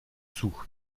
sous